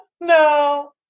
no